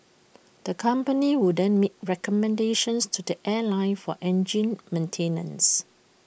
the company would then make recommendations to the airline for engine maintenance